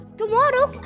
tomorrow